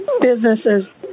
businesses